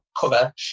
cover